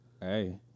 Hey